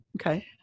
Okay